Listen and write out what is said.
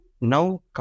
now